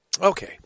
Okay